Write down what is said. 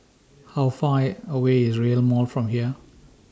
How Far away IS Rail Mall from here